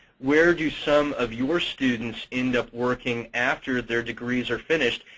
where do some of your students end up working after their degrees are finished?